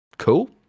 cool